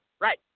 right